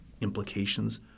implications